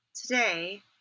today